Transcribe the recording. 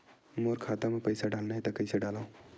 मोर खाता म पईसा डालना हे त कइसे डालव?